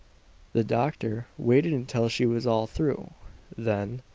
the doctor waited until she was all through then,